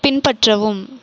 பின்பற்றவும்